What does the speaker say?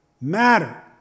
matter